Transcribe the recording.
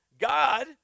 God